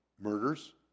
murders